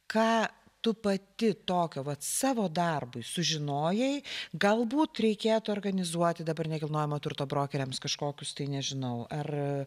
ką tu pati tokio vat savo darbui sužinojai galbūt reikėtų organizuoti dabar nekilnojamo turto brokeriams kažkokius tai nežinau ar